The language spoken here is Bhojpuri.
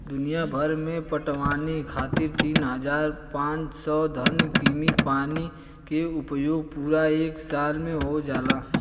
दुनियाभर में पटवनी खातिर तीन हज़ार पाँच सौ घन कीमी पानी के उपयोग पूरा एक साल में हो जाला